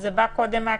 זה בא קודם מהכנסת,